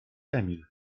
emil